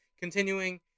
continuing